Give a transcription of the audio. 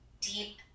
deep